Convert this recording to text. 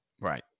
Right